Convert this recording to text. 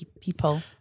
people